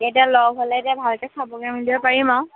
এতিয়া লগ হ'লে এতিয়া ভালকৈ খাবগৈ মেলিব পাৰিম আৰু